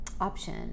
option